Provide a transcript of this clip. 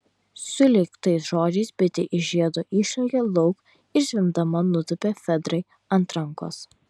sulig tais žodžiais bitė iš žiedo išlėkė lauk ir zvimbdama nutūpė fedrai ant rankos